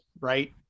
Right